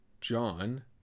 John